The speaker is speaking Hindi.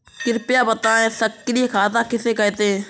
कृपया बताएँ सक्रिय खाता किसे कहते हैं?